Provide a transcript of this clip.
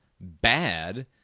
bad